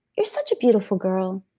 you're such a beautiful girl.